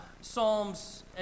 Psalms